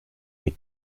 mit